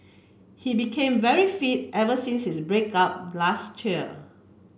he became very fit ever since his break up last year